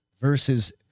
versus